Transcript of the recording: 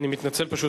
אני מתנצל, פשוט